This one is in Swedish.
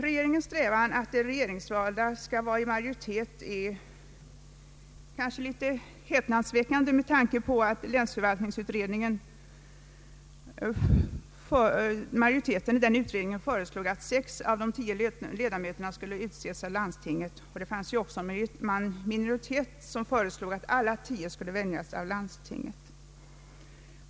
Regeringens strävan att de regeringsvalda skall vara i majoritet är något häpnadsväckande med tanke på att majoriteten i länsdemokratiutredningen föreslog att sex av tio ledamöter skulle utses av landstinget. En minoritet föreslog att alla tio ledamöterna skulle väljas av landstinget.